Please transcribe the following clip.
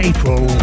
April